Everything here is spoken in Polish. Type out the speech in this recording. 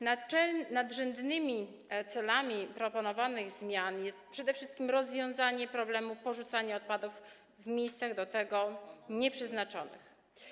Nadrzędnym celem proponowanych zmian jest przede wszystkim rozwiązanie problemu porzucania odpadów w miejscach do tego nieprzeznaczonych.